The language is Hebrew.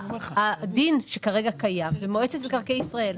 הדין שכרגע קיים זה מועצת מקרקעי ישראל,